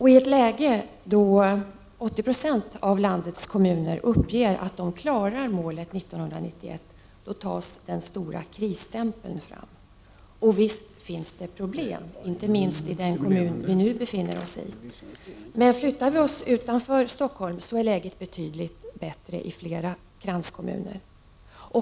I ett läge då 80 26 av landets kommuner uppger att de klarar av att nå målet till 1991 tas den stora krisstämpeln fram. Visst finns det problem, inte minst i den kommun vi nu befinner oss i. Men om vi flyttar oss utanför Stockholm märker vi att läget är betydligt bättre i flera kranskommuner.